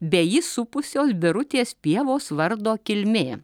bei jį supusios birutės pievos vardo kilmė